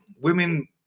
Women